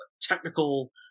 technical